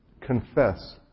confess